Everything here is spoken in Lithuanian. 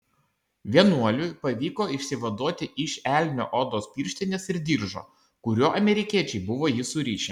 vienuoliui pavyko išsivaduoti iš elnio odos pirštinės ir diržo kuriuo amerikiečiai buvo jį surišę